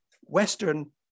Western